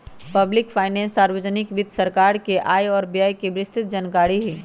public finance सार्वजनिक वित्त सरकार के आय व व्यय के विस्तृतजानकारी हई